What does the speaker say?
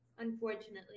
Unfortunately